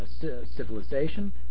civilization